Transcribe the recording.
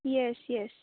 yes yes